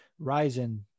Ryzen